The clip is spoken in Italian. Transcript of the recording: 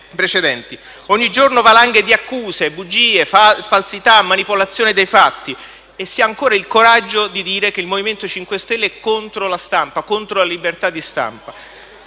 Ogni giorno valanghe di accuse, bugie, falsità, manipolazione dei fatti e si ha ancora il coraggio di dire che il MoVimento 5 Stelle è contro la stampa, contro la libertà di stampa.